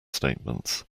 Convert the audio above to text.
statements